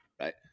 right